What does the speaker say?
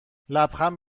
لبخند